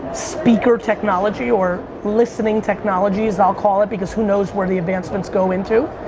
speaker technology or listening technologies, i'll call it, because who knows where the advancements go into,